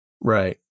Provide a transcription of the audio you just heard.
Right